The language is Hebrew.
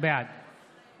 בעד